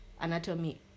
anatomy